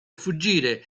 fuggire